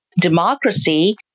democracy